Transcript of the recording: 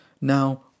now